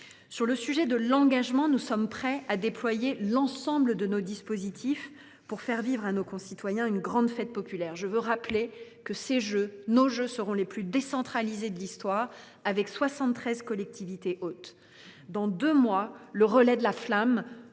Sur le sujet de l’engagement, nous sommes prêts à déployer l’ensemble de nos dispositifs pour faire vivre à tous nos concitoyens une grande fête populaire. Je veux le rappeler, nos Jeux seront les plus décentralisés de l’histoire, avec 73 collectivités hôtes. Dans deux mois, le relais de la flamme